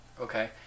Okay